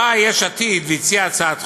באה יש עתיד והציעה הצעת חוק,